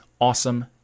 awesome